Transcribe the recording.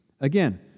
Again